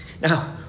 Now